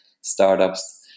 startups